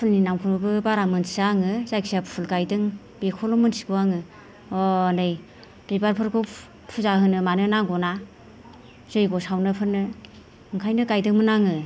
फुलनि नामखौबो बारा मिथिया आङो जायखि जाया फुल गायदों बेखौल' मिथिगौ आङो हनै बिबारफोरखौ फुजा होनो मानो नांगौना जैग' सावनोफोरनो बेखायनो गायदोंमोन आङो